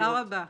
תודה רבה.